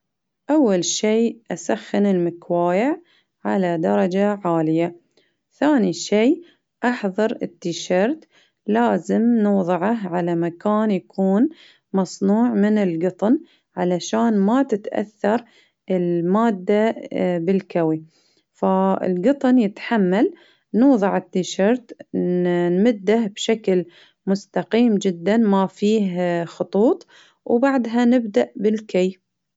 أول شي أسخن المكواية على درجة عالية، ثاني شي أحضر التيشيرت، لازم نوضعه على مكان يكون مصنوع من القطن ،علشان ما تتأثر المادة بالكوي فالقطن يتحمل، نوضع التيشيرت ن-نمده بشكل مستقيم جدا، ما فيه خطوط. وبعدها نبدأ بالكي.